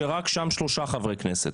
שיש שם רק שלושה חברי כנסת.